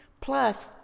Plus